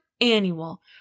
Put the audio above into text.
annual